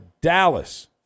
Dallas